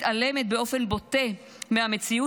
הצעת חוק שמתעלמת באופן בוטה מהמציאות